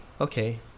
okay